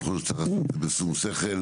אנחנו נצטרך לעשות את זה בשום שכל,